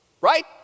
right